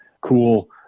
cool